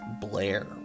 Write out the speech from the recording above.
Blair